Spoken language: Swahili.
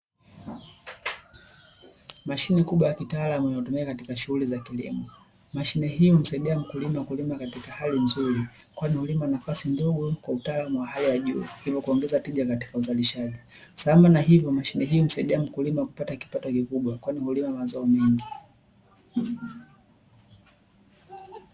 Mashine kubwa ya kitaalmu inayotumika katika shughuli za kilimo. Mashine hii humsaidia mkulima kulima katika hali nzuri kwani hulima nafsi ndogo kwa utaalamu wa hali ya juu, hivyo kuongeza tija katika uzalishaji, sambamba na hivyo mashine hii humsaidia mkulima kupata kipato kikubwa kwani hulima mazao mengi.